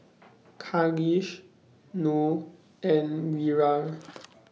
Khalish Noh and Wira